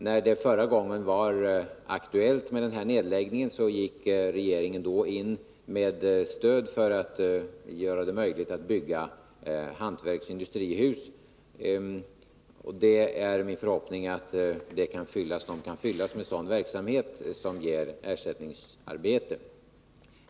När det förra gången var aktuellt med nedläggning gick regeringen in med stöd för att göra det möjligt att bygga hantverksoch industrihus. Det är min förhoppning att dessa skall kunna fyllas med sådan verksamhet som ger ersättningsarbete.